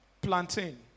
plantain